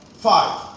five